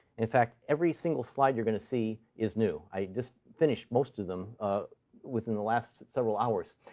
in fact, every single slide you're going to see is new. i just finished most of them within the last several hours.